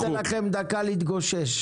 אני אתן לכם דקה להתגושש.